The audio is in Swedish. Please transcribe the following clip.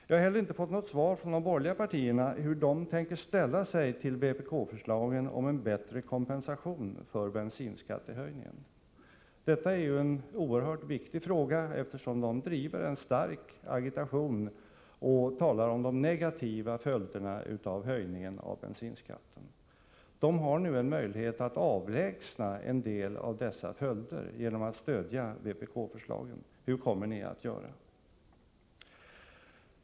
Inte heller har jag fått något svar från de borgerliga partierna på min fråga om hur de tänker ställa sig till vpk-förslagen om bättre kompensation för bensinskattehöjningen. Det är en oerhört viktig fråga. Från borgerligt håll bedriver man ju en våldsam agitation. Man talar om de negativa följderna av bensinskattehöjningen. Men nu finns det en möjlighet att få bort en del av dessa följder — genom att stödja vpk-förslagen. Hur kommer ni att göra?